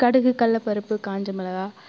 கடுகு கல்லைப்பருப்பு காஞ்சமிளகா